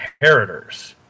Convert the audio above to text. inheritors